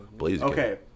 Okay